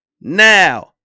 Now